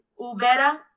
Ubera